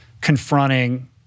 confronting